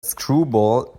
screwball